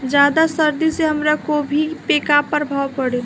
ज्यादा सर्दी से हमार गोभी पे का प्रभाव पड़ी?